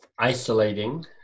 isolating